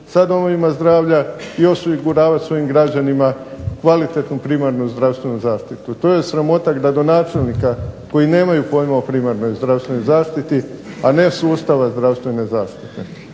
sa domovima zdravlja i osiguravati svojim građanima kvalitetnu primarnu zdravstvenu zaštitu. To je sramota gradonačelnika koji nemaju pojma o primarnoj zdravstvenoj zaštiti a ne sustava zdravstvene zaštite.